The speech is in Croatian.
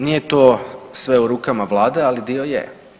Nije to sve u rukama Vlade, ali dio je.